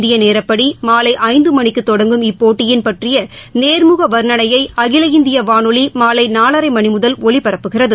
இந்திய நேரப்படி மாலை ஐந்து மணிக்கு தொடங்கும் இப்போட்டிய பற்றிய நேமுக வர்ணனையை அகில இந்திய வானொலி மாலை நாலரை மணி முதல் ஒலிபரப்புகிறது